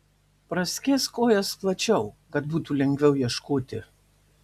praskėsk kojas plačiau kad būtų lengviau ieškoti